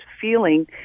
feeling